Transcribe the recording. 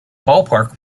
ballpark